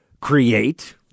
create